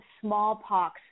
smallpox